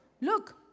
Look